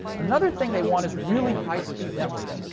another thing they want is really high-speed networking,